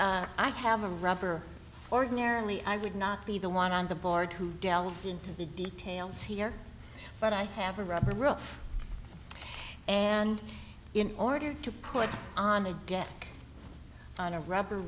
i'd have a rubber ordinarily i would not be the one on the board who delved into the details here but i have a rubber room and in order to put on a get on a rubber